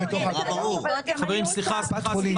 --- חברים, סליחה.